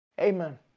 Amen